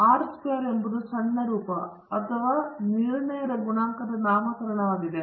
R square ಎಂಬುದು ಸಣ್ಣ ರೂಪ ಅಥವಾ ನಿರ್ಣಯದ ಗುಣಾಂಕದ ನಾಮಕರಣವಾಗಿದೆ